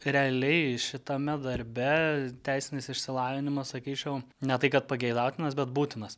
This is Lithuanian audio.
realiai šitame darbe teisinis išsilavinimas sakyčiau ne tai kad pageidautinas bet būtinas